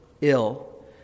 ill